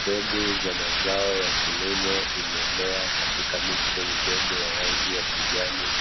Mbegu za mazao ya kilimo iliyomea katika miche midogo ya rangi ya kijani.